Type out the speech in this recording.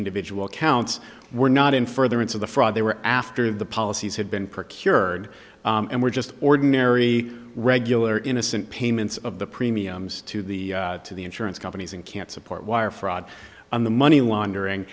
individual counts were not in furtherance of the fraud they were after the policies had been procured and were just ordinary regular innocent payments of the premiums to the to the insurance companies and can't support wire fraud on the money laundering